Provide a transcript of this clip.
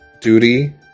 duty